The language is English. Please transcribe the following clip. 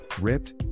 ripped